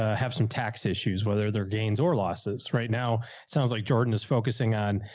ah have some tax issues, whether they're gains or losses. right now it sounds like jordan is focusing on.